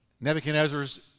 Nebuchadnezzar's